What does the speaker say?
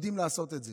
יודעים לעשות את זה,